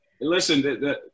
Listen